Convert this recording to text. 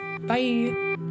Bye